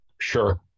sure